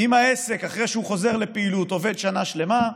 אם העסק, אחרי שהוא חוזר לפעילות, עובד שנה שלמה,